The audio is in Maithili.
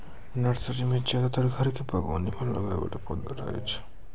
नर्सरी मॅ ज्यादातर घर के बागवानी मॅ लगाय वाला पौधा रहै छै